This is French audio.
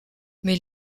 mais